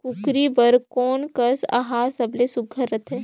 कूकरी बर कोन कस आहार सबले सुघ्घर रथे?